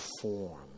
form